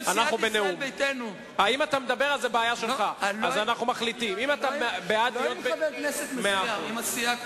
הבעיה היתה שאנחנו חיים במצב כזה שאף